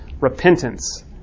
Repentance